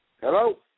Hello